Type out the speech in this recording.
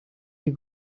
you